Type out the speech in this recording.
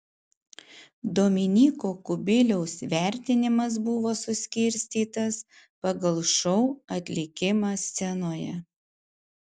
dominyko kubiliaus vertinimas buvo suskirstytas pagal šou atlikimą scenoje